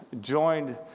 joined